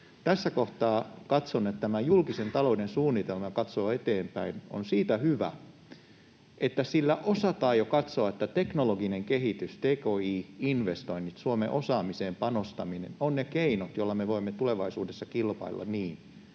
Tässä kohtaa katson, että tämä julkisen talouden suunnitelma, joka katsoo eteenpäin, on siitä hyvä, että siinä osataan jo katsoa, että teknologinen kehitys, tki-investoinnit, Suomen osaamiseen panostaminen ovat ne keinot, joilla me voimme tulevaisuudessa kilpailla niin,